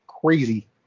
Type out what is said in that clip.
crazy